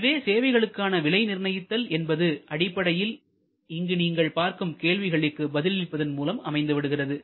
எனவே சேவைகளுக்கான விலை நிர்ணயித்தல் என்பது அடிப்படையில் இங்கு நீங்கள் பார்க்கும் கேள்விகளுக்கு பதில் அளிப்பதன் மூலம் அமைந்துவிடுகிறது